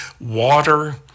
water